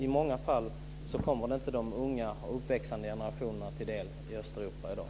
I många fall kommer den inte de unga och uppväxande generationerna i Östeuropa till del i dag.